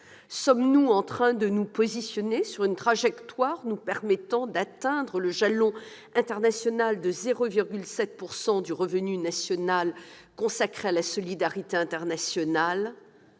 Sommes-nous en train de nous positionner sur une trajectoire nous permettant d'atteindre le jalon international de 0,7 % du revenu national brut consacré à la solidarité internationale ?